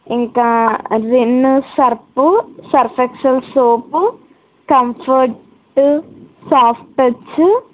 ఇంకా Rin Surf Surf Excel soap Comfort soft touch